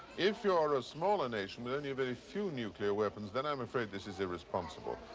if you are a smaller nation with only a very few nuclear weapons, then i'm afraid this is irresponsible,